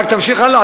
רק תמשיך הלאה,